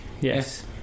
Yes